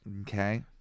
okay